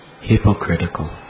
hypocritical